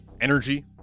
energy